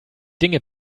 dinge